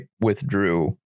withdrew